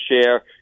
share